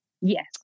Yes